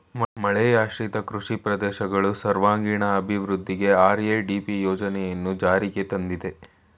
ಮಳೆಯಾಶ್ರಿತ ಕೃಷಿ ಪ್ರದೇಶಗಳು ಸರ್ವಾಂಗೀಣ ಅಭಿವೃದ್ಧಿಗೆ ಆರ್.ಎ.ಡಿ.ಪಿ ಯೋಜನೆಯನ್ನು ಜಾರಿಗೆ ತಂದಿದೆ